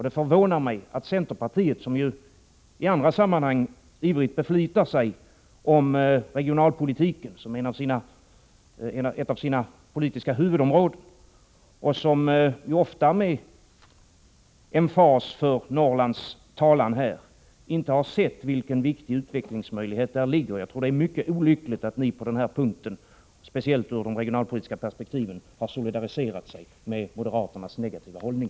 Det förvånar mig att centerpartiet, som ju i andra sammanhang ivrigt beflitar sig om regionalpolitiken som ett av sina politiska huvudområden, och som ofta med emfas för Norrlands talan här i riksdagen, inte har sett vilken viktig utvecklingsmöjlighet som finns i detta sammahang. Jag tror att det är mycket olyckligt att ni på den här punkten, speciellt ur de regionalpolitiska perspektiven, har solidariserat er med moderaternas negativa hållning.